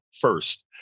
first